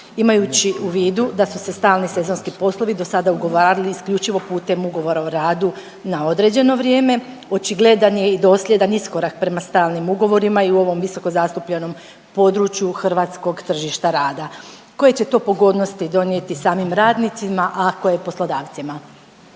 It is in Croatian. Imajući u vidu da su se stalni sezonski poslovi dosada ugovarali isključivo putem ugovora o radu na određeno vrijeme očigledan je i dosljedan iskorak prema stalnim ugovorima i u ovom visoko zastupljenom području hrvatskog tržišta rada. Koje će to pogodnosti donijeti samim radnicima, a koje poslodavcima?